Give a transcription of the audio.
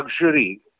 luxury –